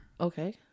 Okay